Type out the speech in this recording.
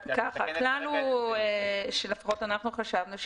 הכלל שאנחנו חשבנו עליו,